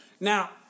Now